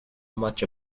much